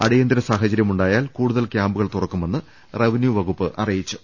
അടിയന്തര സാഹചര്യമുണ്ടായാൽ കൂടുതൽ ക്യാമ്പുകൾ തുറക്കുമെന്ന് റവന്യു വകുപ്പ് അറിയിച്ചു